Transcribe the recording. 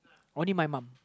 only my mum